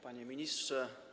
Panie Ministrze!